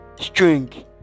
string